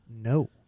No